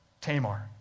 Tamar